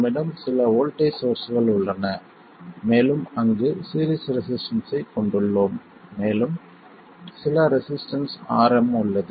நம்மிடம் சில வோல்ட்டேஜ் சோர்ஸ்கள் உள்ளன மேலும் இங்கு சீரிஸ் ரெசிஸ்டன்ஸ்ஸைக் கொண்டுள்ளோம் மேலும் சில ரெசிஸ்டன்ஸ் Rm உள்ளது